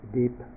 deep